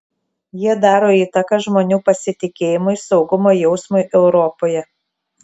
jie daro įtaką žmonių pasitikėjimui saugumo jausmui europoje